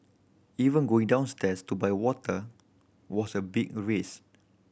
even going downstairs to buy water was a big risk